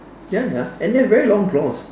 ya ya and they have very long claws